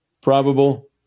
probable